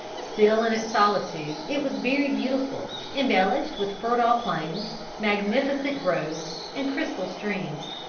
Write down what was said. still in its solitude it was very beautiful, embellished with fertile plains, magnificent groves, and crystal streams.